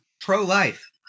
Pro-life